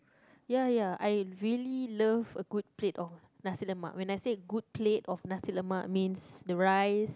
ya ya I really love a good plate of Nasi-Lemak when I say a good plate of Nasi-Lemak means the rice